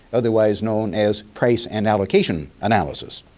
otherwise known as price and allocation analysis.